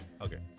okay